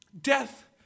Death